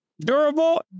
durable